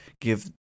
give